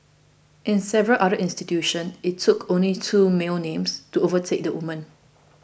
in several other institutions it took only two male names to overtake the women